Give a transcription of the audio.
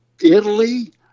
Italy